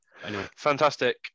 Fantastic